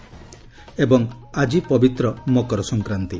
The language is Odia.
ଏବଂ ଆକି ପବିତ୍ର ମକର ସଂକ୍ରାନ୍ତି